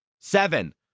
Seven